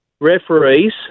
referees